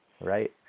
Right